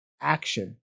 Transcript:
action